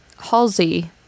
Halsey